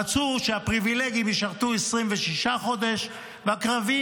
רצו שהפריבילגים ישרתו 26 חודש והקרביים